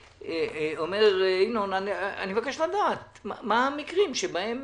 אומר ינון: אני מבקש לדעת מהם המקרים שבהם